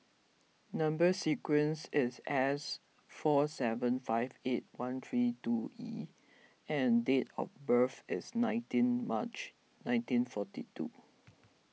Number Sequence is S four seven five eight one three two E and date of birth is nineteen March nineteen forty two